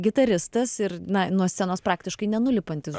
gitaristas ir na nuo scenos praktiškai nenulipantis